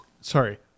Sorry